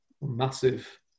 massive